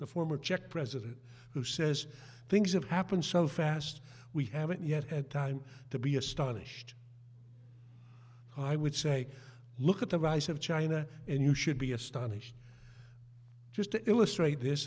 the former czech president who says things have happened so fast we haven't yet had time to be astonished i would say look at the rise of china and you should be astonished just to illustrate this